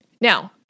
Now